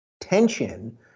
tension